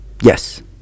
Yes